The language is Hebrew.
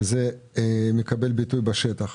וזה מקבל ביטוי בשטח.